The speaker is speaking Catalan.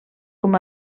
com